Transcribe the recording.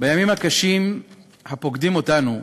בימים הקשים הפוקדים אותנו,